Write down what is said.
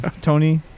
Tony